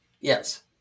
Yes